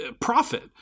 profit